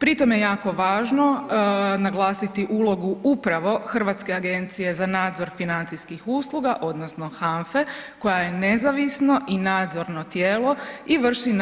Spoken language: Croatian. Pri tome je jako važno naglasiti ulogu upravo Hrvatske agencije za nadzor financijskih usluga odnosno HANFA-e koja je nezavisno i nadzorno tijelo i vrši